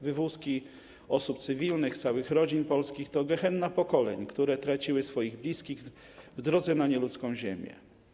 Wywózki osób cywilnych, całych rodzin polskich to gehenna pokoleń, które traciły swoich bliskich w drodze na nieludzką ziemię.